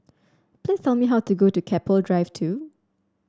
please tell me how to go to Keppel Drive Two